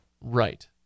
Right